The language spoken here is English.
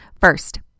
First